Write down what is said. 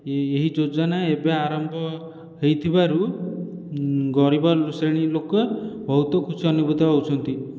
ଏହି ଯୋଜନା ଏବେ ଆରମ୍ଭ ହୋଇଥିବାରୁ ଗରିବ ଶ୍ରେଣୀ ଲୋକ ବହୁତ ଖୁସି ଅନୁଭୂତ ହେଉଛନ୍ତି